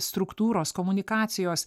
struktūros komunikacijos